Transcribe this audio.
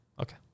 Okay